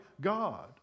God